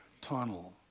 tunnel